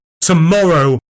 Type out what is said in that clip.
tomorrow